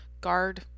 guard